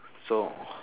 so